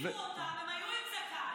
כשהכשירו אותם הם היו עם זקן.